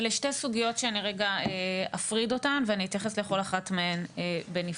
אלה שתי סוגיות שאני רגע אפריד אותן ואני אתייחס לכל אחת מהן בנפרד.